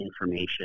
information